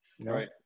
Right